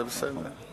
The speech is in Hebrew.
זה בסדר.